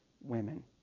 women